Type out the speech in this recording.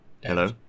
Hello